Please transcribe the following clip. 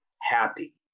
happy